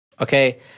Okay